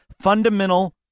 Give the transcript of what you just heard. fundamental